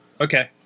Okay